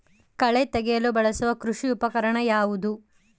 ಕಳೆ ತೆಗೆಯಲು ಬಳಸುವ ಕೃಷಿ ಉಪಕರಣ ಯಾವುದು?